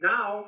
Now